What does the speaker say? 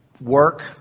Work